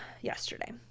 yesterday